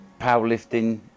Powerlifting